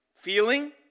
Feeling